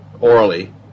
orally